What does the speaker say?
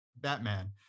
batman